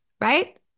right